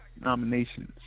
nominations